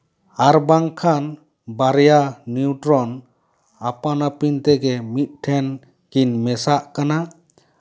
ᱟᱨ ᱵᱟᱝᱠᱷᱟᱱ ᱵᱟᱨᱭᱟ ᱱᱤᱭᱩᱴᱨᱚᱱ ᱟᱯᱟᱱ ᱟᱹᱯᱤᱱ ᱛᱮᱜᱮ ᱢᱤᱫ ᱴᱷᱮᱱ ᱠᱤᱱ ᱢᱮᱥᱟᱜ ᱠᱟᱱᱟ